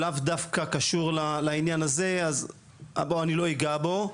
אני לא אגע בו.